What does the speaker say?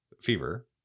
fever